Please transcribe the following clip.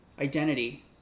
identity